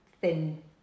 thin